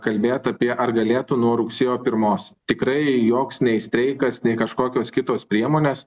kalbėt apie ar galėtų nuo rugsėjo pirmos tikrai joks nei streikas nei kažkokios kitos priemonės